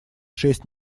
шесть